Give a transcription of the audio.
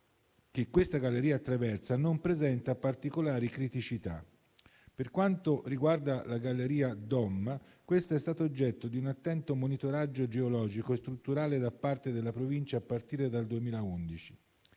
che questa galleria attraversa non presenta particolari criticità. Per quanto riguarda la galleria Dom, questa è stata oggetto di un attento monitoraggio geologico e strutturale da parte della Provincia a partire dal 2011,